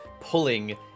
pulling